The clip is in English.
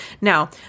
Now